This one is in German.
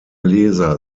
leser